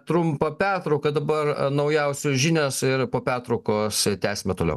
trumpą pertrauką dabar naujausios žinios ir po pertraukos tęsime toliau